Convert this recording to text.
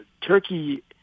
Turkey